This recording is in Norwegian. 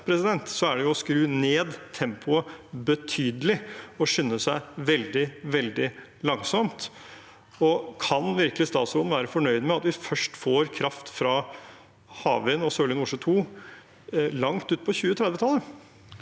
er det å skru ned tempoet betydelig og å skynde seg veldig, veldig langsomt. Kan statsråden virkelig være fornøyd med at vi først får kraft fra havvind, og Sørlige Nordsjø II, langt ut på 2030-tallet?